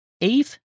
eve